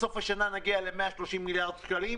בסוף השנה נגיע ל-130 מיליארד שקלים,